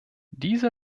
diese